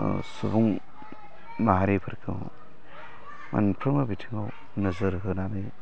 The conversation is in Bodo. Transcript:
सुबुं माहारिफोरखौ मोनफ्रोमबो बिथिंआव नोजोर होनानै